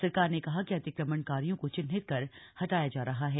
सरकार ने कहा कि अतिक्रमणकारियों को चिन्हित कर हटाया जा रहा है